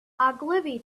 ogilvy